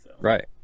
Right